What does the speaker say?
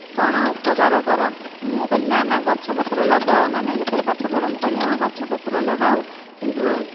କ'ଣ ଉପକାର କର ମୁଁ କହିଲି ନା ନା ଗଛ ପତ୍ର ଲଗାଅ ନା ନାହିଁ ଯେତେବେଳେ ପାଠ ପଢ ମୁଁ କହିଲି ହଁ ଗଛ ପତ୍ର ଲଗାଉ କିନ୍ତୁ